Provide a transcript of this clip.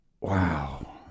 Wow